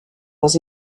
was